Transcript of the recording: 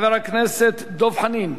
חבר הכנסת דב חנין,